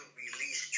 release